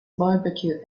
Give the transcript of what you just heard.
barbecue